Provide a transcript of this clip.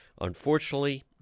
unfortunately